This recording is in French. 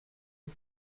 dix